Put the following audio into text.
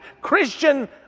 Christian